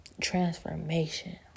transformation